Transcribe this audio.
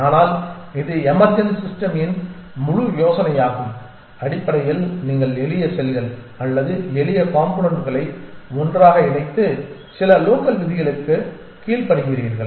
ஆனால் இது எமர்ஜென்ட் சிஸ்டமின் முழு யோசனையாகும் அடிப்படையில் நீங்கள் எளிய செல்கள் அல்லது எளிய காம்போனென்ட்களை ஒன்றாக இணைத்து சில லோக்கல் விதிகளுக்குக் கீழ்ப்படிகிறீர்கள்